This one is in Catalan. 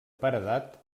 paredat